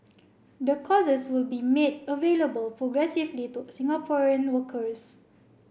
the courses will be made available progressively to Singaporean workers